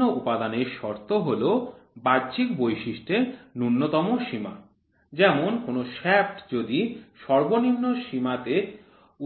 সর্বনিম্ন উপাদানের শর্ত হল বাহ্যিক বৈশিষ্ট্যের ন্যূনতম সীমা যেমন কোন শ্য়াফ্ট যদি সর্বনিম্ন সীমাতে